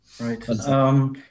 Right